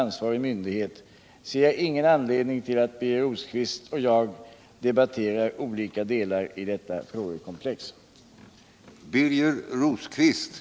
Anser kommunikationsministern det rimligt att utförandet av civila uppgifter bör få försiggå under tillämpning av civila standardkrav?